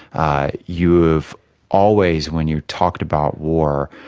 ah you've always, when you've talked about war,